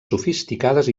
sofisticades